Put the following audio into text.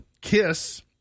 KISS